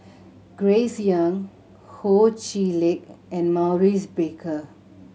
Grace Young Ho Chee Lick and Maurice Baker